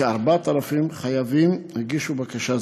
כ-4,000 חייבים הגישו בקשה זו.